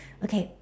okay